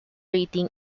rating